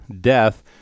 death